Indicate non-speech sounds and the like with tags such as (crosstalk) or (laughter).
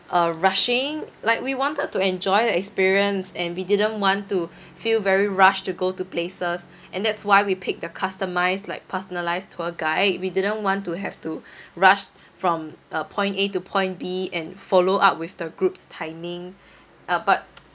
uh rushing like we wanted to enjoy the experience and we didn't want to feel very rushed to go to places and that's why we pick the customised like personalised tour guide we didn't want to have to rush from uh point A to point B and follow up with the group's timing uh but (noise)